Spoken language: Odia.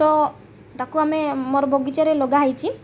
ତ ତା'କୁ ଆମେ ମୋର ବଗିଚାରେ ଲଗା ହେଇଛି